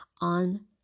on